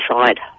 inside